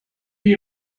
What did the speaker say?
you